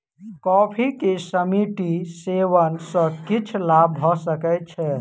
coffee के सीमित सेवन सॅ किछ लाभ भ सकै छै